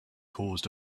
caused